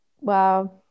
Wow